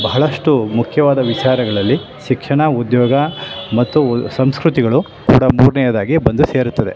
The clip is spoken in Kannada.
ಬಹಳಷ್ಟು ಮುಖ್ಯವಾದ ವಿಚಾರಗಳಲ್ಲಿ ಶಿಕ್ಷಣ ಉದ್ಯೋಗ ಮತ್ತು ಸಂಸ್ಕೃತಿಗಳು ಕೂಡ ಮೂರನೆಯದಾಗಿ ಬಂದು ಸೇರುತ್ತದೆ